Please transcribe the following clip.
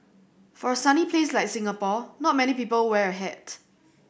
for a sunny place like Singapore not many people wear a hat